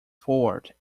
forward